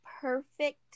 perfect